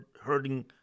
hurting